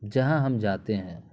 جہاں ہم جاتے ہیں